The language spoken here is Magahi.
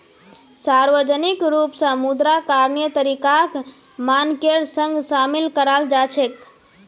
सार्वजनिक रूप स मुद्रा करणीय तरीकाक मानकेर संग शामिल कराल जा छेक